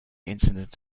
incident